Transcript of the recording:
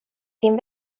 din